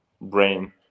brain